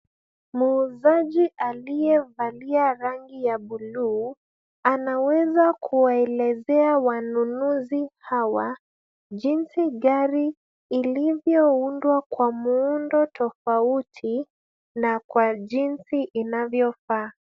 Muuzaji aliyevalia rangi ya bluu anaweza kuwaelezea wanunuzi hawa jinsi gari ilivyoundwa kwa muundo tofauti na kwa jinsi inavyofaa.